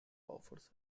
offers